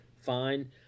fine